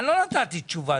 ולא נתתי תשובה.